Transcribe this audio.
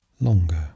Longer